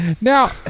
Now